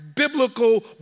biblical